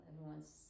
everyone's